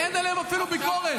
אין עליהם אפילו ביקורת.